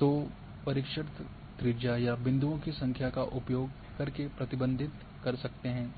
तो परिक्षण त्रिज्या या बिन्दुओ की संख्या का उपयोग करके प्रतिबंधित कर सकते हैं